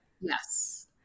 yes